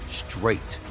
straight